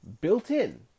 built-in